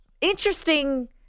interesting